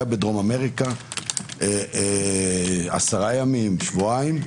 היה בדרום אמריקה עשרה ימים, שבועיים.